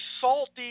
salty